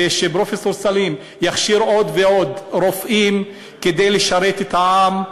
ושפרופסור סלים יכשיר עוד ועוד רופאים כדי לשרת את העם.